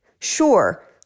Sure